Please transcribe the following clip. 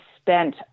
spent